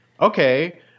okay